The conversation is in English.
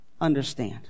understand